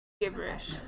gibberish